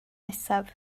nesaf